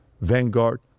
Vanguard